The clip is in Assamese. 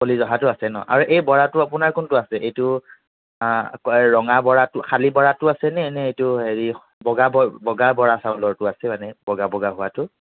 কলী জহাটো আছে ন' আৰু এই বৰাটো আপোনাৰ কোনটো আহে এইটো আ ৰঙা বৰাটো খালী বৰাটো আছে নে এইটো হেৰি বগা ব বগা বৰা চাউলৰটো আছে মানে বগা বগা হোৱাটো